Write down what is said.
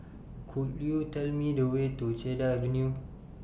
Could YOU Tell Me The Way to Cedar Avenue